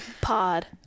Pod